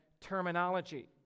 terminology